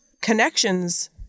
connections